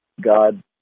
God